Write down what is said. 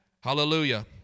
Hallelujah